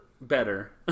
better